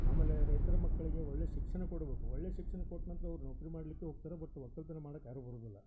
ಆಮೇಲೆ ರೈತ್ರ ಮಕ್ಕಳಿಗೆ ಒಳ್ಳೆಯ ಶಿಕ್ಷಣ ಕೊಡಬೇಕು ಒಳ್ಳೆಯ ಶಿಕ್ಷಣ ಕೊಟ್ಟ ನಂತರ ಅವ್ರು ನೌಕರಿ ಮಾಡಲಿಕ್ಕೆ ಹೋಗ್ತಾರೆ ಬಟ್ ಒಕ್ಕಲುತನ ಮಾಡೋಕ್ ಯಾರೂ ಬರೋದಿಲ್ಲ